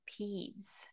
peeves